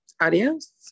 adios